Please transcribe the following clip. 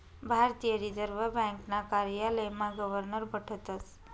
भारतीय रिजर्व ब्यांकना कार्यालयमा गवर्नर बठतस